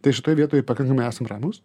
tai šitoj vietoj pakankamai esam ramūs